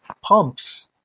pumps